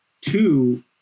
two